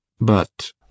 But—